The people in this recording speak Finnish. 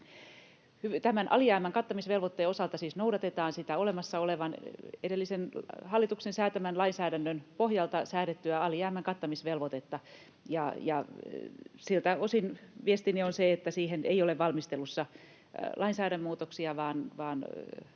Tämän alijäämän kattamisvelvoitteen osalta siis noudatetaan sitä olemassa olevaa, edellisen hallituksen säätämän lainsäädännön pohjalta säädettyä alijäämän kattamisvelvoitetta. Siltä osin viestini on se, että siihen ei ole valmistelussa lainsäädäntömuutoksia, vaan